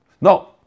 No